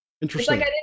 interesting